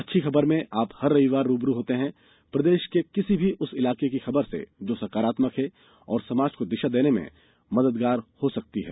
अच्छी खबर में आप हर रविवार आप रूबरू होते हैं प्रदेश के किसी भी इलाके की उस खबर से जो सकारात्मक है और समाज को दिशा देने में मददगार हो सकती है